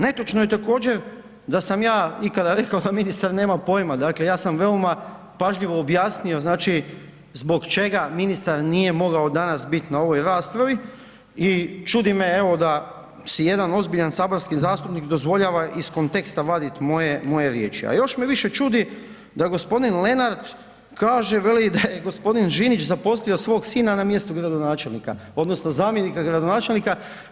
Netočno je također da sam ja ikada rekao da ministar nema pojma, dakle, ja sam veoma pažljivo objasnio znači zbog čega ministar nije mogao danas bit na ovoj raspravi i čudi me, evo, da si jedan ozbiljan saborski zastupnik dozvoljava iz konteksta vaditi moje riječi, a još me više čudi da g. Lenart kaže, veli, da je g. Žinić zaposlio svog sina na mjestu gradonačelnika, odnosno zamjenika gradonačelnika.